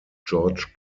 george